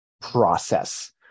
process